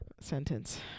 sentence